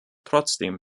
trotzdem